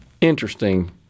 Interesting